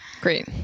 Great